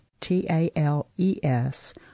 T-A-L-E-S